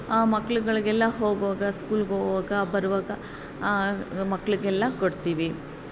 ಆ ಮಕ್ಳುಗಳಿಗೆಲ್ಲಾ ಹೋಗುವಾಗ ಸ್ಕೂಲಿಗೆ ಹೋಗುವಾಗ ಬರುವಾಗ ಮಕ್ಕಳಿಗೆಲ್ಲಾ ಕೊಡ್ತೀವಿ